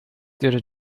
didn’t